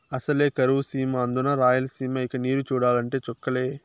అసలే కరువు సీమ అందునా రాయలసీమ ఇక నీరు చూడాలంటే చుక్కలే